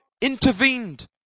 intervened